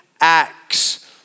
acts